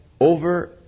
over